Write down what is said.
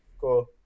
cool